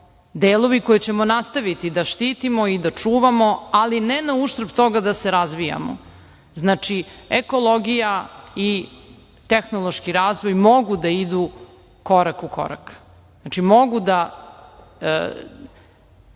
delovi koje ćemo nastaviti da štitimo i da čuvamo, ali ne na uštrb toga da se razvijamo. Znači, ekologija i tehnološki razvoj mogu da idu korak u korak. Mogu da